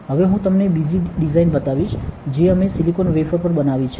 હવે હું તમને બીજી ડિઝાઇન બતાવીશ જે અમે સિલિકોન વેફર પર બનાવી છે